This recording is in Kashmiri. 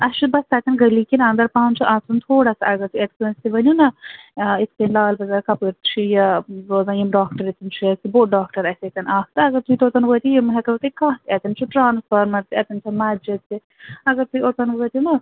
اَسہِ چھُ بَس تَتٮ۪ن گَلی کِنۍ انٛدر پہم چھُ اژُن تھوڑا سا اگر تُہۍ اَتہِ کٲنٛسہِ ؤنِو نا یِتھٕ کٔنۍ لال بازار کپٲرۍ چھُ یہِ وۅنۍ یِم ڈاکٹر اَتٮ۪ن چھِ یہِ چھُ بوٚڈ ڈاکٹر اَتٮ۪ن اَکھ تہٕ اگر تُہۍ توٚتن وٲتِو یِم ہیٚکنو تۅہہِ کانٛہہ تہِ اتٮ۪ن چھُ ٹرٛانٕسفارمر تہٕ اتٮ۪تھ چھِ مسجِد تہِ اگر تُہہِ اوٚتن وٲتِو نا